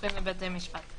שסמוכים לבתי המשפט?